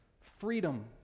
Freedom